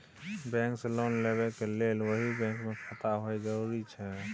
Bank से loan लेबै के लेल वही बैंक मे खाता होय जरुरी छै?